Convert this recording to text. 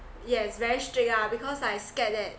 yes very strict lah because like scared that